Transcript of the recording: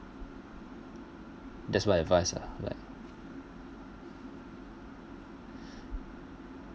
that's what advice are like